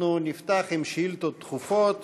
אנחנו נפתח בשאילתות דחופות.